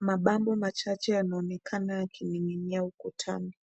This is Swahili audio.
mabango machache yanaonekana yakining'inia ukutani.